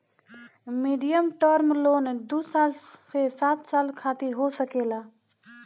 medium term loan दू से सात साल खातिर हो सकेला